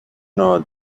know